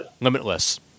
Limitless